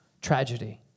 tragedy